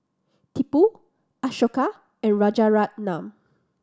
Tipu Ashoka and Rajaratnam